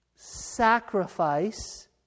sacrifice